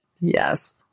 yes